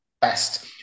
best